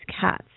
cats